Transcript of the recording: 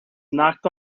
knocked